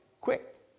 quick